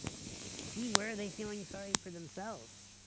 see where are they feeling sorry for themselves.